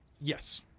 yes